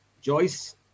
joyce